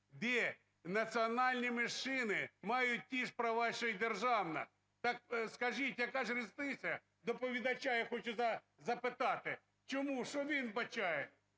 де національні меншини мають ті ж права, що і державна. Так скажіть, яка ж різниця? Доповідача я хочу запитати, чому, що він вбачає,